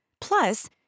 Plus